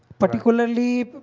particularly,